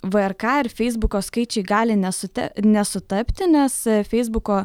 vrk ir feisbuko skaičiai gali nesute nesutapti nes feisbuko